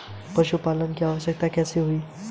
पशुपालन की शुरुआत कैसे हुई?